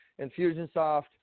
Infusionsoft